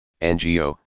NGO